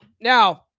Now